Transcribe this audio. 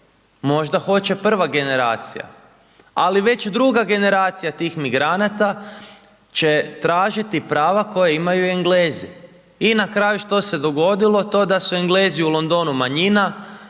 možda hoće prva generacija, ali već druga generacija tih migranata će tražiti prava koja imaju Englezi. I na kraju što se dogodilo? To da su Englezi u Londonu manjina,